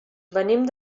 venim